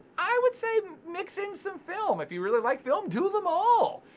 i would say mix in some film. if you really like film, do them all.